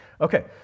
Okay